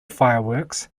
fireworks